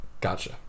Gotcha